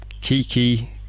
kiki